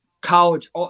college